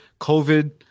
COVID